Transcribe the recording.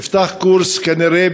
נפתח קורס כנראה